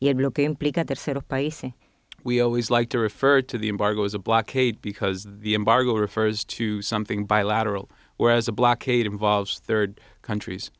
and we always like to refer to the embargo as a blockade because the embargo refers to something bilateral whereas a blockade involves third countries